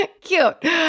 Cute